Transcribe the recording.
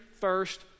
first